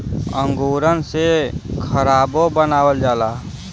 अंगूरन से सराबो बनावल जाला